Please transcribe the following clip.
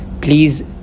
please